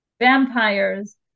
vampires